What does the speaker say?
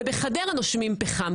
ובחדרה נושמים פחם.